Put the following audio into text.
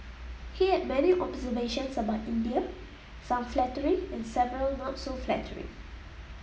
he had many observations about India some flattering and several not so flattering